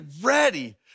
ready